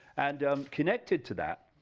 and connected to that